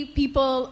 people